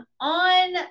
on